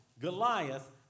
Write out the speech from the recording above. Goliath